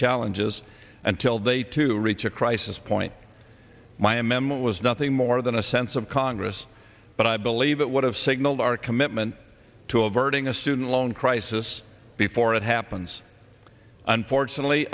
challenges until they to reach a crisis point my amendment was nothing more than a sense of congress but i believe it would have signaled our commitment to averting a student loan crisis before it happens unfortunately